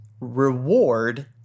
reward